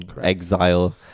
exile